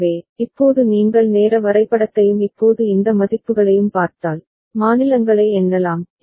எனவே இப்போது நீங்கள் நேர வரைபடத்தையும் இப்போது இந்த மதிப்புகளையும் பார்த்தால் மாநிலங்களை எண்ணலாம்